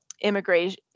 Immigration